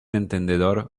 entendedor